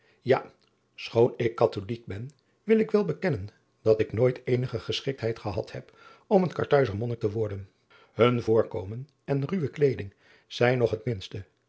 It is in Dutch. a schoon ik atholijk ben wil ik wel bekennen dat ik nooit eenige geschiktheid gehad heb om een arthuizer onnik te worden un voorkomen en ruwe kleeding zijn nog het minste